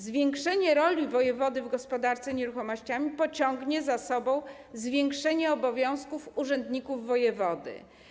Zwiększenie roli wojewody w gospodarce nieruchomościami pociągnie za sobą zwiększenie obowiązków urzędników wojewody.